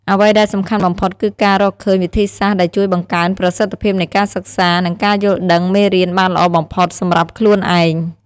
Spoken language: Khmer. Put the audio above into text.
អ្វីដែលសំខាន់បំផុតគឺការរកឃើញវិធីសាស្ត្រដែលជួយបង្កើនប្រសិទ្ធភាពនៃការសិក្សា និងការយល់ដឹងមេរៀនបានល្អបំផុតសម្រាប់ខ្លួនឯង។